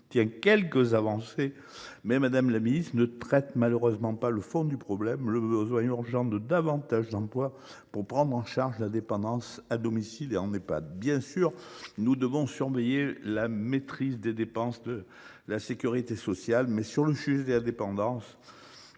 quelques avancées, mais elle ne traite malheureusement pas le fond du problème : le besoin urgent de davantage d’emplois pour prendre en charge la dépendance à domicile comme en Ehpad. Bien sûr, nous devons surveiller la maîtrise des dépenses de la sécurité sociale. Reste que, sur le sujet de la dépendance,